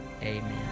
amen